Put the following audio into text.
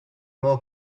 more